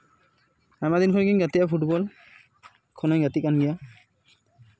ᱟᱭᱢᱟ ᱫᱤᱱ ᱠᱷᱚᱡ ᱜᱮᱧ ᱜᱟᱛᱮᱜᱼᱟ ᱯᱷᱩᱴᱵᱚᱞ ᱮᱠᱷᱚᱱ ᱦᱚᱹᱧ ᱜᱟᱛᱮᱜ ᱠᱟᱱ ᱜᱮᱭᱟ